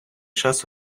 час